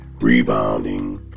rebounding